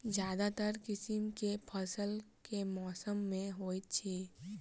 ज्यादातर किसिम केँ फसल केँ मौसम मे होइत अछि?